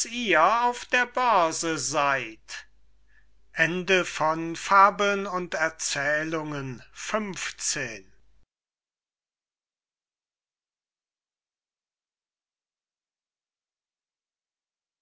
auf der börse seid ende dieses projekt gutenberg etextes fabeln und erzählungen